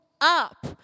up